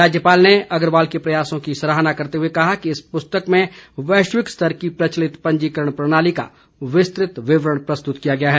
राज्यपाल ने अग्रवाल के प्रयासों की सराहना करते हुए कहा कि इस पुस्तक में वैश्विक स्तर की प्रचिलत पंजीकरण प्रणाली का विस्तृत विवरण प्रस्तृत किया गया है